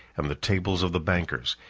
and the tables of the bankers,